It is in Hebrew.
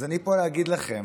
אז אני פה להגיד לכם